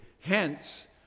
Hence